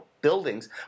buildings